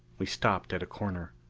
we stopped at a corner.